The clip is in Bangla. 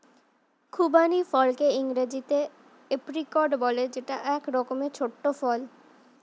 খুবানি ফলকে ইংরেজিতে এপ্রিকট বলে যেটা এক রকমের ছোট্ট ফল